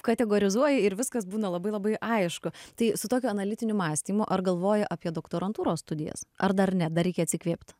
kategorizuoji ir viskas būna labai labai aišku tai su tokiu analitiniu mąstymu ar galvoji apie doktorantūros studijas ar dar ne dar reikia atsikvėpt